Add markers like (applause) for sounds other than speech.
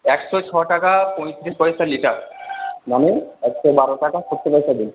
একশো ছটাকা পঁয়ত্রিশ পয়সা লিটার মানে একশো বারো টাকা সত্তর পয়সা (unintelligible)